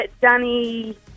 Danny